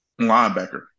linebacker